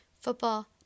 Football